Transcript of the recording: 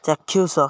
ଚାକ୍ଷୁଷ